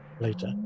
later